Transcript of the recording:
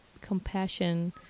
compassion